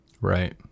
Right